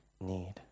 need